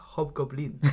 Hobgoblin